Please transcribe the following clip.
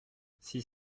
six